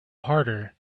harder